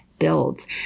builds